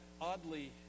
oddly